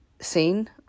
Seen